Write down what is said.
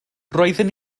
roeddwn